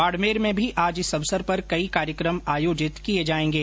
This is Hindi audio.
बाडमेर में भी आज इस अवसर पर कई कार्यक्रम आयोजित किये जायेंगे